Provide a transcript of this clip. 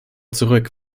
zurück